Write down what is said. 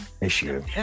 issue